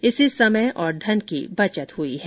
इससे समय और धन की बचत हुई है